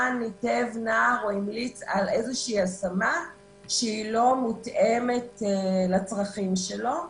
ניתב נער או המליץ על איזושהי השמה שהיא לא מותאמת לצרכים שלו.